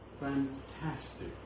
Fantastic